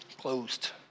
Closed